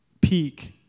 peak